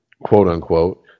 quote-unquote